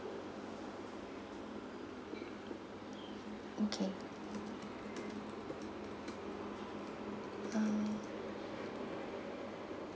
okay um